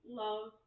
love